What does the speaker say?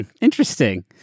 Interesting